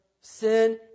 sin